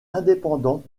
indépendante